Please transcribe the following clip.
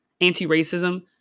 anti-racism